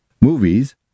Movies